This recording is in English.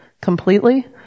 completely